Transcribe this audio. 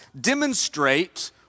demonstrate